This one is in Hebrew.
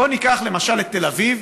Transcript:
בואו ניקח למשל את תל אביב,